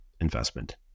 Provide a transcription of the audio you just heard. investment